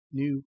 new